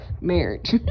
marriage